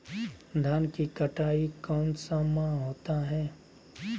धान की कटाई कौन सा माह होता है?